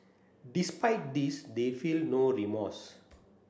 despite this they feel no remorse